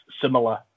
similar